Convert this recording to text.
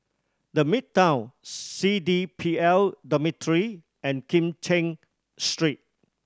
The Midtown C D P L Dormitory and Kim Cheng Street